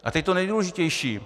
A teď to nejdůležitější.